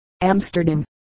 Amsterdam